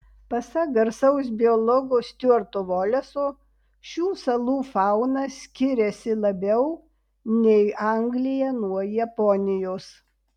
pasak garsaus biologo stiuarto voleso šių salų fauna skiriasi labiau nei anglija nuo japonijos